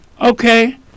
Okay